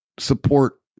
support